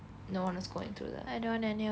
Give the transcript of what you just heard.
no one is going throught that